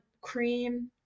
cream